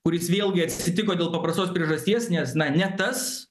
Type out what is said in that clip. kuris vėlgi atsitiko dėl paprastos priežasties nes na ne tas